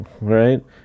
right